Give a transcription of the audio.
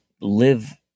live